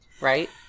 right